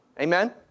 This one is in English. Amen